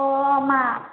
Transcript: अ मा